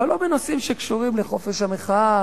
אבל לא בנושאים שקשורים לחופש המחאה,